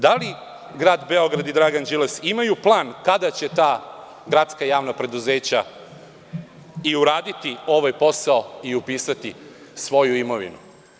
Da li Grad Beograd i Dragan Đilas imaju plan kada će ta gradska javna preduzeća i uraditi ovaj posao i upisati svoju imovinu?